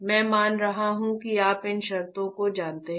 मैं मान रहा हूं कि आप इन शर्तों को जानते हैं